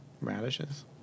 radishes